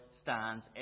stands